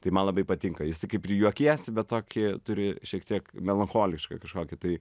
tai man labai patinkajisai kaip ir juokiesi bet tokį turi šiek tiek melancholišką kažkokį tai